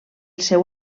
seu